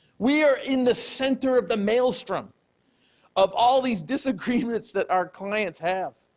we are in the center of the maelstrom of all these disagreements that our clients have